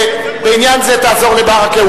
בעניין זה תעזור לברכה,